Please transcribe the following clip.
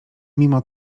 mimo